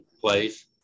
place